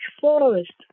forests